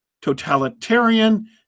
totalitarian